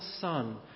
son